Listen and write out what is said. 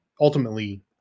ultimately